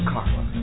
Carla